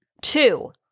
Two